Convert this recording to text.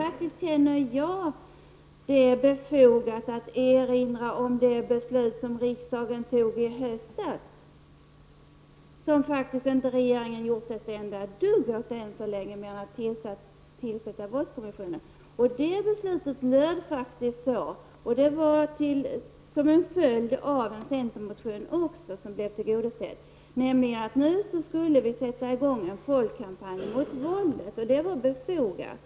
Men nu känner jag det faktiskt vara befogat att erinra om det beslut som riksdagen fattade i höstas och som regeringen inte gjort ett enda dugg åt än så länge mer än att tillsätta våldskommissionen. Detta beslut, som kom till som en följd av att en centermotion blev tillgodosedd, gick ut på att vi nu skulle sätta i gång en folkkampanj mot våldet, vilket var befogat.